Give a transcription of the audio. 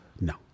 No